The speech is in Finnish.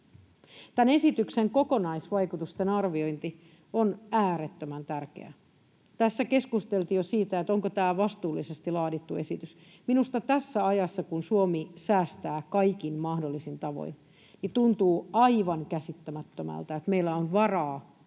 Tämän esityksen kokonaisvaikutusten arviointi on äärettömän tärkeää. Tässä keskusteltiin jo siitä, että onko tämä vastuullisesti laadittu esitys. Minusta tässä ajassa, kun Suomi säästää kaikin mahdollisin tavoin, tuntuu aivan käsittämättömältä, että meillä on varaa